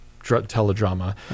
teledrama